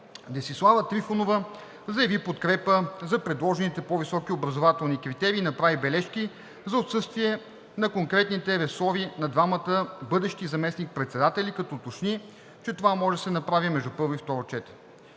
Десислава Трифонова заяви подкрепа за предложените по високи образователни критерии и направи бележки за отсъствие на конкретните ресори на двамата бъдещи заместник-председатели, като уточни, че това може да се направи между първо